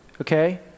Okay